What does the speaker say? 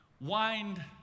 wind